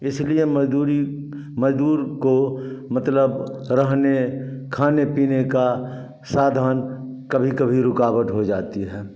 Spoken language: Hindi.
इसलिए मज़दूरी मज़दूर को मतलब रहने खाने पीने का साधन कभी कभी रुकावट हो जाती है